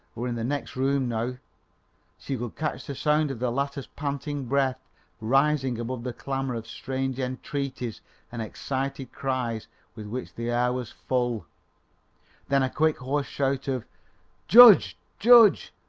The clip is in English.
were in the next room now she could catch the sound of the latter's panting breath rising above the clamour of strange entreaties and excited cries with which the air was full then a quick, hoarse shout of judge! judge!